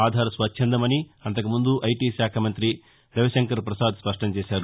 ఆధార్ స్వచ్చందమని అంతకుముందు ఐటీశాఖ మంతి రవిశంకర్ పసాద్ స్పష్టం చేశారు